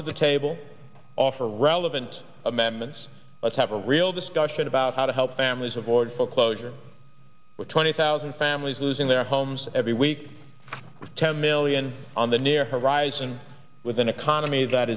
to the table offer relevant amendments let's have a real discussion about how to help families avoid foreclosure we're twenty thousand families losing their homes every week with ten million on the near horizon with an economy that